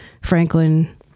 Franklin